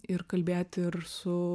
ir kalbėti ir su